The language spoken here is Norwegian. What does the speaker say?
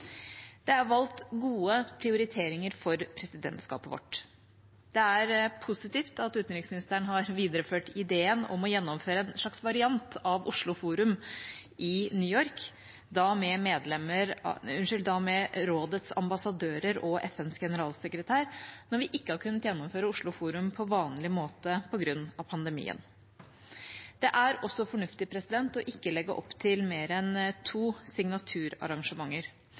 Det er valgt gode prioriteringer for presidentskapet vårt. Det er positivt at utenriksministeren har videreført ideen om å gjennomføre en slags variant av Oslo Forum i New York, da med rådets ambassadører og FNs generalsekretær, når vi ikke har kunnet gjennomføre Oslo Forum på vanlig måte på grunn av pandemien. Det er også fornuftig ikke å legge opp til mer enn to signaturarrangementer.